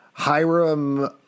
Hiram